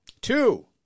Two